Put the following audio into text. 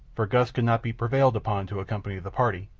for gust could not be prevailed upon to accompany the party,